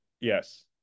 Yes